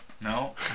No